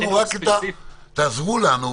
אבל בתחום החינוך ספציפית --- אז פה תעזרו לנו,